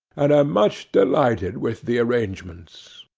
and am much delighted with the arrangements.